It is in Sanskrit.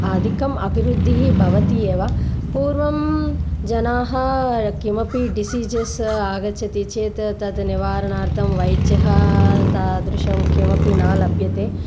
अधिकम् अभिवृद्धिः भवति एव पूर्वं जनाः किमपि डिसीजेस् आगच्छति चेत् तद् निवारणर्थं वैद्यः तादृशं किमपि न लभ्यते